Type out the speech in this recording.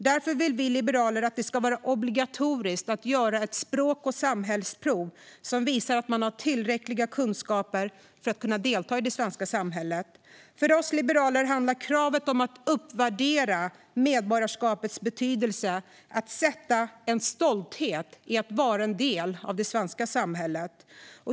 Därför vill vi liberaler att det ska vara obligatoriskt att göra ett språk och samhällsprov som visar att man har tillräckliga kunskaper för att delta i det svenska samhället. För oss liberaler handlar kravet om att uppvärdera medborgarskapets betydelse och att sätta en stolthet i att vara en del av det svenska samhället.